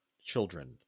children